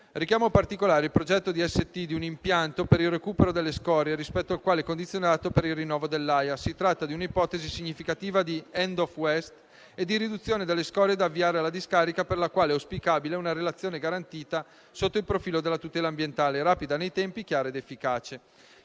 Richiamo in particolare il progetto AST di un impianto per il recupero delle scorie, rispetto al quale è condizionato il rinnovo dell'AIA. Si tratta di una ipotesi significativa di *end of waste* e di riduzione delle scorie da avviare in discarica, per la quale è auspicabile una realizzazione garantita sotto il profilo della tutela ambientale, rapida nei tempi, chiara ed efficace